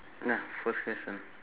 ya first question